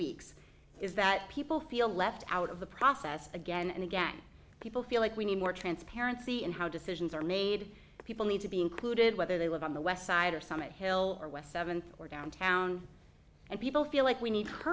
weeks is that people feel left out of the process again and again people feel like we need more transparency in how decisions are made people need to be included whether they live on the west side or summit hill or west seventh or downtown and people feel like we need